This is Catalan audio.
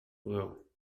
plau